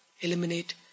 eliminate